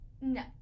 no